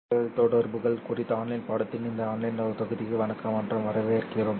ஒளியியல் தகவல்தொடர்புகள் குறித்த ஆன்லைன் பாடத்தின் இந்த ஆன்லைன் தொகுதிக்கு வணக்கம் மற்றும் வரவேற்கிறோம்